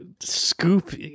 scoop